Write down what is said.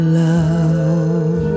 love